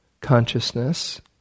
consciousness